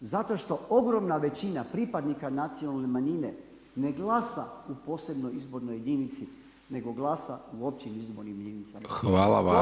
Zato što ogromna većina pripadnika nacionalne manjine ne glasa u posebnoj izbornoj jedinici nego glasa u općim izbornim jedinicama.